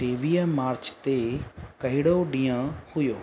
टेवीह मार्च ते कहिड़ो ॾींहुं हुओ